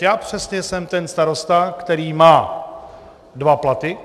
Já přesně jsem ten starosta, který má dva platy.